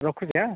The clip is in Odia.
ରଖୁଛି ଆଁ